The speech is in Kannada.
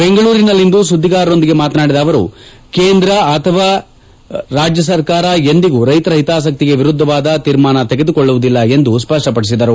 ಬೆಂಗಳೂರಿನಲ್ಲಿಂದು ಸುದ್ದಿಗಾರರೊಂದಿಗೆ ಮಾತನಾಡಿದ ಅವರು ಕೇಂದ್ರ ಅಥವಾ ರಾಜ್ಯ ಸರ್ಕಾರ ಎಂದಿಗೂ ರೈತರ ಹಿತಾಸಕ್ತಿಗೆ ವಿರುದ್ದವಾದ ತೀರ್ಮಾನ ತೆಗೆದುಕೊಳ್ಳುವುದಿಲ್ಲ ಎಂದು ಸ್ವಷ್ವಪದಿಸಿದರು